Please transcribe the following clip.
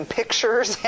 pictures